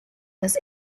was